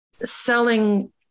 selling